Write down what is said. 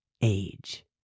age